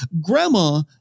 grandma